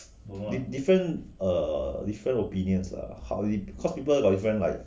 different err different opinions lah hardly because people got different like